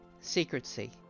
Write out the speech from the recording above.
secrecy